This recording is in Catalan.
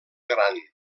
gran